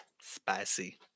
spicy